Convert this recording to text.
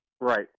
Right